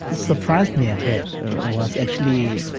surprised me a bit was actually